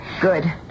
Good